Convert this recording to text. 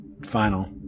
final